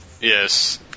Yes